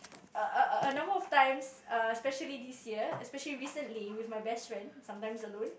a a a number of times err especially this year especially recently with my best friend sometimes alone